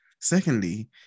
secondly